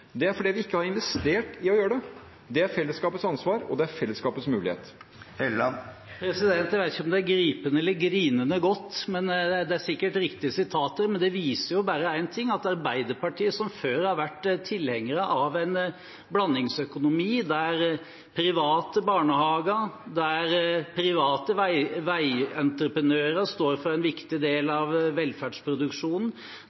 Det er fordi vi ikke har investert i å gjøre det. Det er fellesskapets ansvar, og det er fellesskapets mulighet. Jeg vet ikke om det er gripende eller grinende godt, men det er sikkert riktige sitater. Det viser bare én ting: at Arbeiderpartiet, som før har vært tilhenger av en blandingsøkonomi, der private barnehager og private veientreprenører står for en viktig del